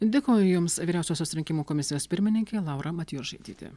dėkoju jums vyriausiosios rinkimų komisijos pirmininkė laura matjošaitytė